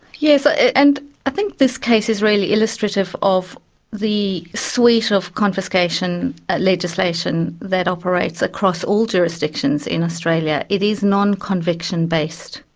yeah so and i think this case is really illustrative of the suite of confiscation legislation that operates across all jurisdictions in australia. it is non-conviction based,